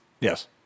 Yes